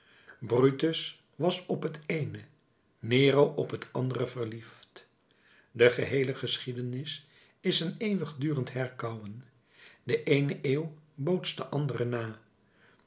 brutus was op het eene nero op het andere verliefd de geheele geschiedenis is een eeuwigdurend herkauwen de eene eeuw bootst de andere na